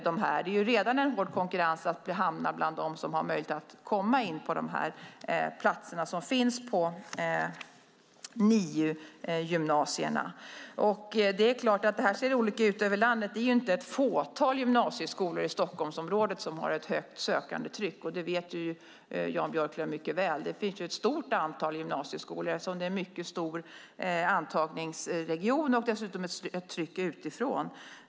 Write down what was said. Det är redan hård konkurrens om att hamna bland dem som alls har möjlighet att komma in på NIU-gymnasierna. Det är klart att det ser olika ut över landet. Det är inte bara ett fåtal gymnasieskolor i Stockholmsområdet som har ett högt sökandetryck. Det vet Jan Björklund mycket väl. Där finns ett stort antal gymnasieskolor eftersom det är en mycket stor antagningsregion och det dessutom finns ett tryck utifrån.